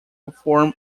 form